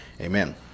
Amen